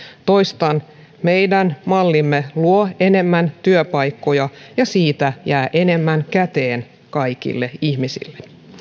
toistan meidän mallimme luo enemmän työpaikkoja ja siitä jää enemmän käteen kaikille ihmisille